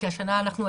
כי השנה אנחנו,